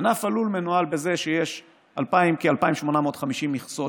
ענף הלול מנוהל בזה שיש כ-2,850 מכסות